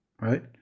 Right